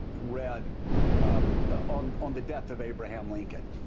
read on on the death of abraham lincoln.